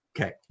Okay